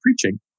Preaching